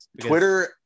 twitter